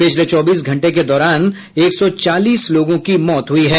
पिछले चौबीस घंटे के दौरान एक सौ चालीस लोगों की मौत हुई है